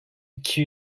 iki